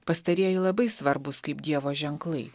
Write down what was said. pastarieji labai svarbūs kaip dievo ženklai